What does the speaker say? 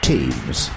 Teams